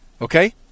Okay